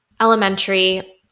elementary